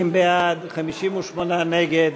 62 בעד, 58 נגד.